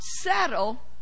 settle